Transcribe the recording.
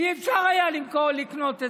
לא היה אפשר למכור את זה.